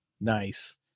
Nice